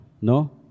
No